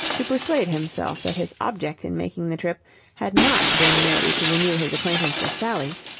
to persuade himself that his object in making the trip had not been merely to renew his acquaintance with sally,